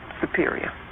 superior